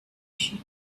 she